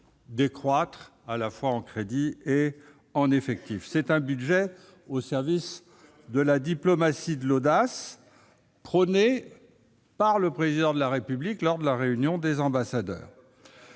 décroissance des crédits et des effectifs. C'est un budget au service de la « diplomatie de l'audace » prônée par le Président de la République lors de la réunion des ambassadeurs.